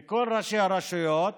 מכל ראשי הרשויות,